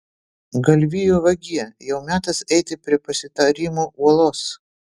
galvijų vagie jau metas eiti prie pasitarimų uolos